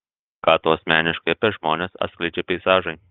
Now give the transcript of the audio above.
ką tau asmeniškai apie žmones atskleidžia peizažai